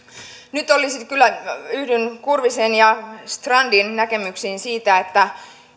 yhdyn kurvisen ja strandin näkemyksiin siitä että